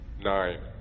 Nine